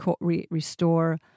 restore